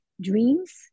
dreams